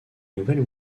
nouvelle